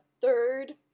Third